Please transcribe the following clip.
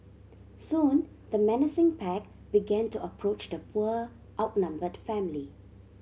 soon the menacing pack began to approach the poor outnumbered family